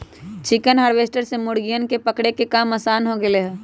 chicken harvester से मुर्गियन के पकड़े के काम आसान हो गैले है